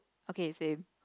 okay same